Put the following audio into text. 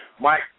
Mike